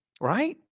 right